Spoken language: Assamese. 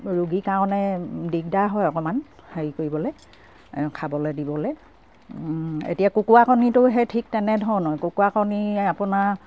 ৰোগীৰ কাৰণে দিগদাৰ হয় অকমান হেৰি কৰিবলে খাবলে দিবলে এতিয়া কুকুুৰা কণীটো সে ঠিক তেনেধৰণৰ কুকুুৰা কণী আপোনাৰ